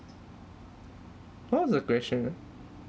what was the question ah